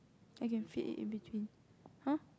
I can fit it in between [huh]